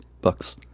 books